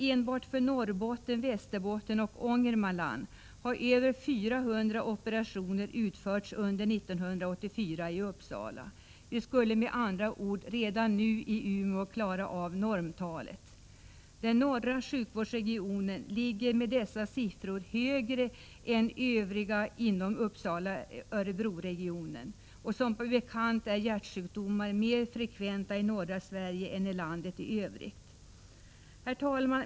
Enbart för Norrbotten, Västerbotten och Ångermanland har över 400 operationer utförts under 1984 i Uppsala. Vi skulle med andra ord redan nu klara normtalet i Umeå. Den norra sjukvårdsregionen ligger med dessa siffror högre än Uppsala Örebro-regionen. Som bekant är hjärtsjukdomar mer frekventa i norra Sverige än i landet i övrigt. Herr talman!